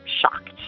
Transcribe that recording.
shocked